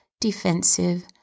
defensive